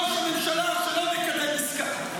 ראש ממשלה שלא מקבל עסקה,